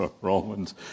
Romans